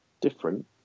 different